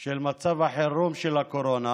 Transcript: של מצב החירום של הקורונה